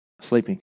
sleeping